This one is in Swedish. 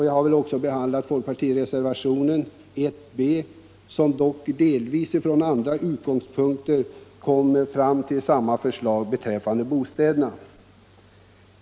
Jag har också gått igenom folkpartireservationen 1 b, som från delvis andra utgångspunkter kommer fram till samma förslag rörande bostäderna.